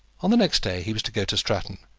on the next day he was to go to stratton,